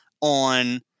on